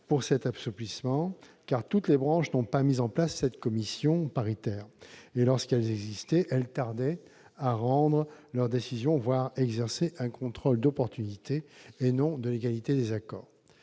pour cet assouplissement, car toutes les branches n'ont pas mis en place cette commission paritaire. Et lorsqu'elles existent, ces commissions tardent à rendre leur décision, voire exercent un contrôle d'opportunité et non de légalité des accords.